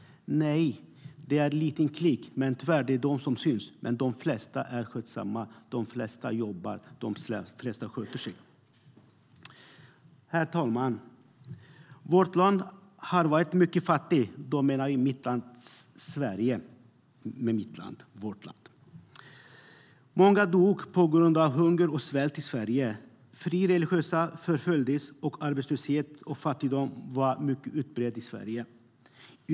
Nej! De är en liten klick, men det är tyvärr de som syns. De flesta är skötsamma och jobbar. Herr talman! Vårt land har varit mycket fattigt. Jag menar vårt land Sverige. Många i Sverige dog på grund av hunger och svält. Frireligiösa förföljdes, och arbetslösheten och fattigdomen var mycket utbredd i Sverige.